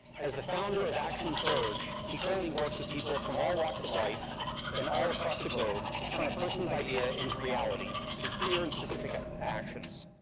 as the founder of action surge he currently works with people from all walks of life and all across the globe to turn a person's idea into reality through clear and specific ah actions.